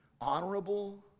honorable